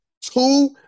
Two